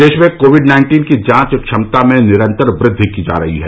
प्रदेश में covid nineteen की जांच क्षमता में निरन्तर वृद्वि की जा रही है